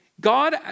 God